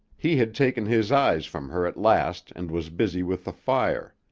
he had taken his eyes from her at last and was busy with the fire.